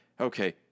okay